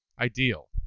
ideal